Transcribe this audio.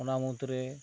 ᱚᱱᱟ ᱢᱩᱫᱽ ᱨᱮ